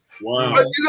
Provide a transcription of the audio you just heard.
Wow